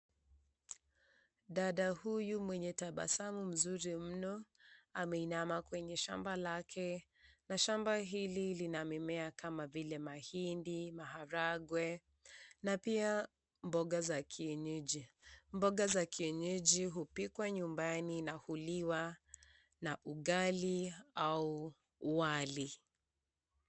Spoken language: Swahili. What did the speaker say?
Dada huyu mwenye tabasamu mzuri mno ameinama kwenye shamba lake, na shamba hili lina mimea kama vile mahindi, maharagwe na pia mboga za kienyeji. Mboga za kienyeji hupikwa nyumbani na na kuliwa na ugali au wali.